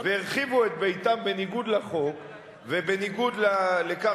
והרחיבו את ביתם בניגוד לחוק ובניגוד לכך